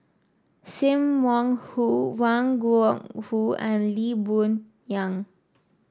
Sim Wong Hoo Wang Gungwu and Lee Boon Yang